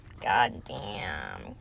goddamn